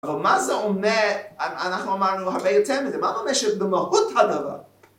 אבל מה זה אומר, אנחנו אמרנו הרבה יותר מזה, מה ממשת במהות הדבר?